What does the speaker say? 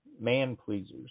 man-pleasers